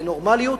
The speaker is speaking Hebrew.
לנורמליות,